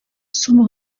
сума